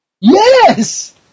Yes